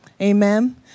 Amen